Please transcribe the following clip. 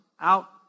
out